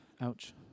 Ouch